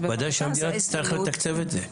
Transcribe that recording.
שהמדינה תצטרך לתקצב את זה.